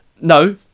No